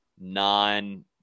non